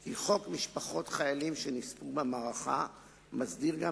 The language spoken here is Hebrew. כי חוק משפחות חיילים שנספו במערכה מסדיר גם